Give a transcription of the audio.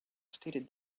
stated